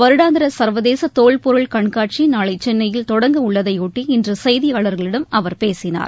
வருடாந்திர சா்வதேச தோல்பொருள் கண்காட்சி நாளை சென்னையில் தொடங்க உள்ளதைபொட்டி இன்று செய்தியாளர்களிடம் அவர் பேசினார்